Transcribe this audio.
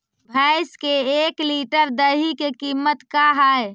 भैंस के एक लीटर दही के कीमत का है?